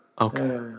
Okay